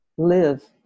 live